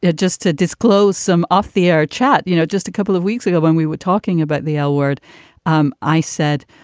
yeah just to disclose some off the air chat. you know, just a couple of weeks ago when we were talking about the l-word, um i said,